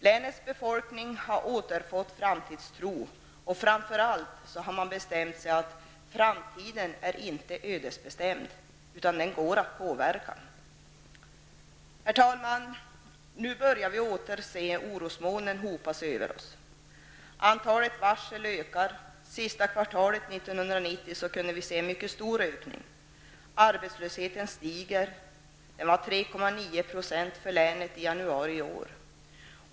Länets befolkning har återfått framtidstro, och framför allt har man föresatt att framtiden inte är ödesbestämd, utan den går att påverka. Herr talman! Nu börjar åter orosmolnen hopa sig över oss. Antalet varsel ökar, sista kvartalet 1990 kunde vi se en mycket stor ökning. Arbetslösheten stiger. Den var 3,9 % för länet i januari i år.